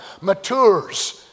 matures